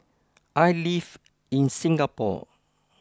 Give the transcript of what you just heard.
I live in Singapore